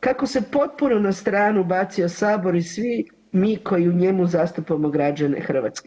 kako se potpuno na stranu bacio Sabor i svi mi koji u njima zastupamo građane Hrvatske.